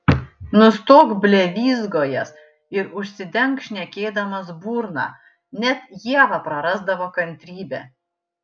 nustok blevyzgojęs ir užsidenk šnekėdamas burną net ieva prarasdavo kantrybę